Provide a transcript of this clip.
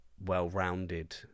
well-rounded